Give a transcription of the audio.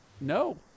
No